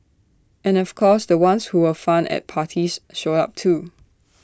and of course the ones who were fun at parties showed up too